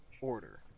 Order